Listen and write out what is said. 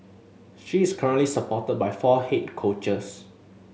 she is currently supported by four head coaches